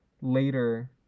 later